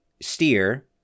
steer